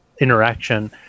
interaction